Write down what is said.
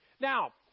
Now